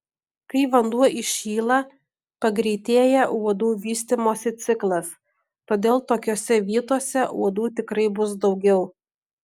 kai vanduo įšyla pagreitėja uodų vystymosi ciklas todėl tokiose vietose uodų tikrai bus daugiau